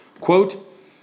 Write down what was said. Quote